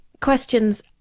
questions